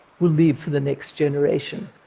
will leave for the next generation?